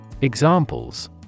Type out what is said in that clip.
Examples